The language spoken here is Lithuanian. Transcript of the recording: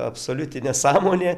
absoliuti nesąmonė